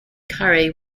curry